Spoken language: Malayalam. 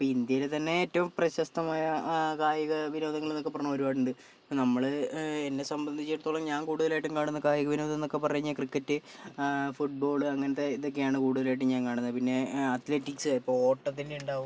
ഇപ്പം ഇന്ത്യയിൽ തന്നെ ഏറ്റവും പ്രശസ്തമായ കായിക വിനോദങ്ങൾ എന്നൊക്കെ പറഞ്ഞാൽ ഒരുപാടുണ്ട് നമ്മൾ എന്നെ സംബന്ധിച്ചിടത്തോളം ഞാൻ കൂടുതലായിട്ടും കാണുന്ന കായിക വിനോദം എന്നൊക്കെ പറഞ്ഞ് കഴിഞ്ഞാൽ ക്രിക്കറ്റ് ഫുട് ബോൾ അങ്ങനത്തെ ഇതൊക്കെയാണ് കൂടുതലായിട്ടും ഞാൻ കാണുന്നേ പിന്നെ അത്ലറ്റിക്സ് ഓട്ടത്തിൻ്റെ ഉണ്ടാകും